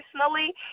personally